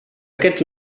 aquests